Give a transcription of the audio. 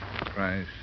Price